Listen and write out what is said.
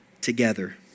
together